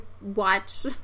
watch